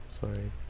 Sorry